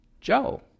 Joe